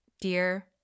Dear